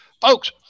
Folks